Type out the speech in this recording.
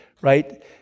right